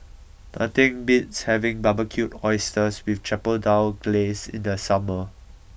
nothing beats having Barbecued Oysters with Chipotle Glaze in the summer